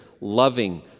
loving